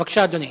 בבקשה, אדוני